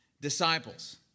disciples